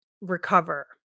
recover